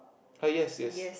ah yes yes